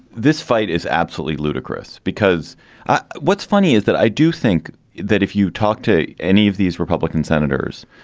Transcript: this fight is absolutely ludicrous because what's funny is that i do think that if you talk to any of these republican senators,